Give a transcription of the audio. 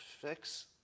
fix